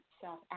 self